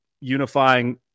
unifying